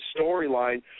storyline